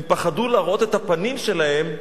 הם פחדו להראות את הפנים שלהם בחוץ,